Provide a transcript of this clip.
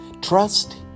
Trust